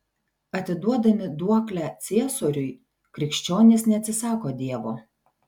atiduodami duoklę ciesoriui krikščionys neatsisako dievo